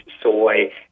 soy